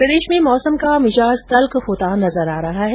प्रदेश में मौसम का मिजाज तल्ख होता नजर आ रहा है